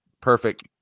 perfect